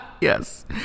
Yes